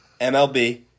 MLB